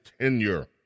tenure